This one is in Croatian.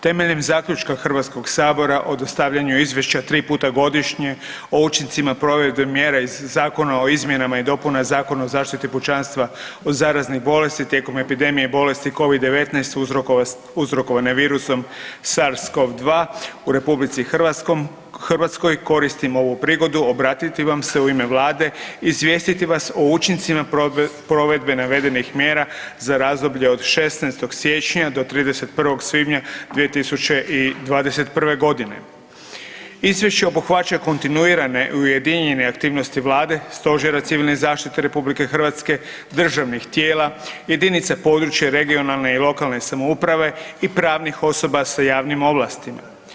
Temeljem zaključka HS o stavljanju izvješća tri puta godišnje o učincima provedbe mjera iz Zakona o izmjenama i dopunama Zakona o zaštiti pučanstva od zaraznih bolesti tijekom epidemije bolesti Covid-19 uzrokovane virusom SARS-COV-2 u RH koristim ovu prigodu obratiti vam se u ime vlade i izvijestiti vas o učincima provedbe navedenih mjera za razdoblje od 16. siječnja do 31. svibnja 2021.g. Izvješće obuhvaća kontinuirane i ujedinjene aktivnosti vlade, Stožera civilne zaštite RH, državnih tijela, jedinice područne regionalne i lokalne samouprave i pravnih osoba sa javnim ovlastima.